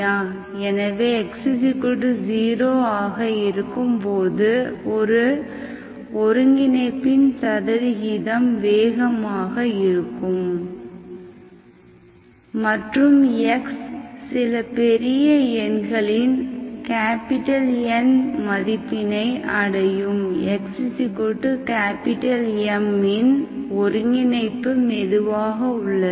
எனவே x 0ஆக இருக்கும் போது ஒருங்கிணைப்பின் சதவிகிதம் வேகமாக இருக்கும் மற்றும் x சில பெரிய எண்களின் M மதிப்பினை அடையும் xM இன் ஒருங்கிணைப்பு மெதுவாக உள்ளது